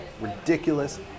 ridiculous